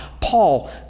Paul